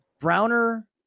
Browner